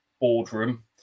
boardroom